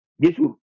Jesus